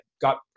got